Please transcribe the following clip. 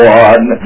one